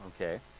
Okay